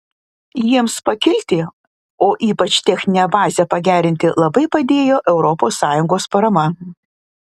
jiems pakilti o ypač techninę bazę pagerinti labai padėjo europos sąjungos parama